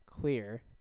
clear